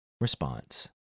response